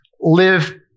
live